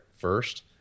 first